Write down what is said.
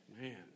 Man